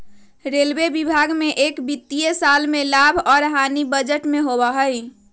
railway विभाग में एक वित्तीय साल में लाभ और हानि बजट में होबा हई